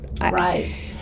right